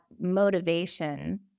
motivation